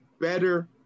better